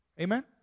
Amen